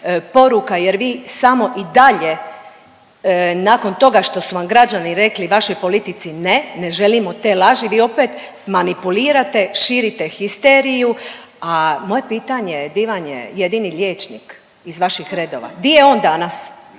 jer vi samo i dalje nakon toga što su vam građani rekli vašoj politici ne, ne želimo te laži vi opet manipulirate, širite histeriju, a moje pitanje je di vam je jedini liječnik iz vaših redova? Di je on danas?